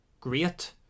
great